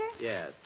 Yes